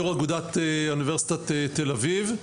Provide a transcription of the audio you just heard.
יושבת-ראש אגודת הסטודנטים באוניברסיטת תל אביב.